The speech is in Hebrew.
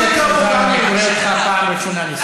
לא סתם, מה קרה משארם-א-שיח'.